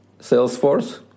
Salesforce